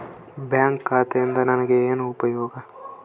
Bank ಖಾತೆಯಿಂದ ನನಗೆ ಏನು ಉಪಯೋಗ?